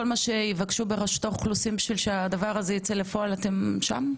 כל מה שיבקשו ברשות האוכלוסין בשביל שזה יצא לפועל אתם שם,